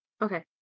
Okay